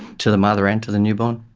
to the mother and to the newborn.